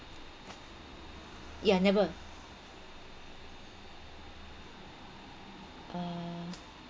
yeah never uh